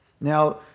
Now